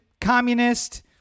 communist